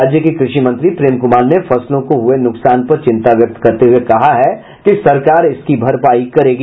राज्य के कृषि मंत्री प्रेम कुमार ने फसलों को हुये नुकसान पर चिंता व्यक्त करते हुये कहा है कि सरकार इसकी भरपाई करेगी